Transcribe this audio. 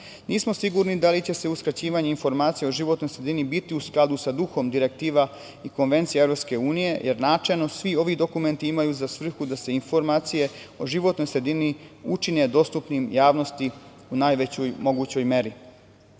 prava. Nismo sigurni da li će uskraćivanje informacija o životnoj sredini biti u skladu sa duhom direktiva i konvencija EU, jer načelno svi ovi dokumenti imaju za svrhu da se informacije o životnoj sredini učine dostupnim javnosti u najvećoj mogućoj